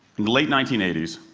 late nineteen eighty s,